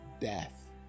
death